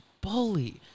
bully